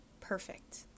perfect